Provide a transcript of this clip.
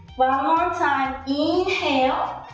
more time, inhale,